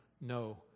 no